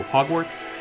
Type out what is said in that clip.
Hogwarts